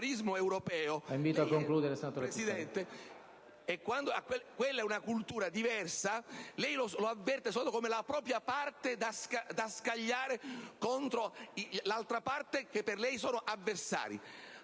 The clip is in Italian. ...Quella è una cultura diversa. Lei lo avverte solo come la propria parte da scagliare contro l'altra parte, che per lei sono avversari.